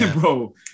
bro